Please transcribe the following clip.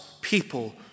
people